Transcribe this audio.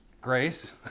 Grace